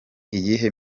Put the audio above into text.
iyihe